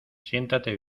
siéntate